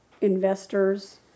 investors